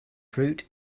fruit